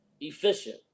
efficient